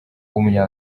w’umunya